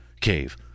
cave